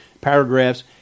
paragraphs